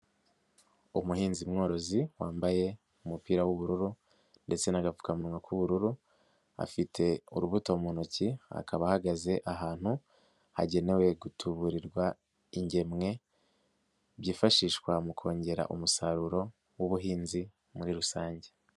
Umuhinzi mworozi wambaye umupira w'ubururu ndetse n'agapfukamuwa k'ubururu, afite urubuto mu ntoki, akaba ahagaze ahantu, hagenewe gutuburirwa ingemwe, byifashishwa mu kongera umusaruro w'ubuhinzi muri rusange.